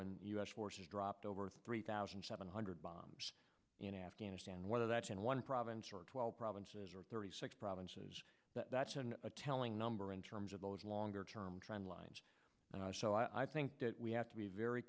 and u s forces dropped over three thousand seven hundred bombs in afghanistan whether that's in one province or twelve provinces or thirty six provinces that's been a telling number in terms of those longer term trend lines so i think that we have to be very